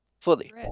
fully